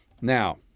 Now